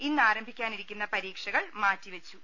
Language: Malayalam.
ഇന്നാ രംഭിക്കാനിരുന്ന പരീക്ഷകൾ മാറ്റിവെച്ചു